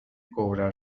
cobrar